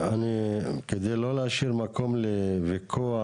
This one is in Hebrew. כדי לא להשאיר מקום לוויכוח,